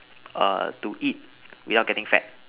err to eat without getting fat